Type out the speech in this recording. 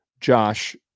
Josh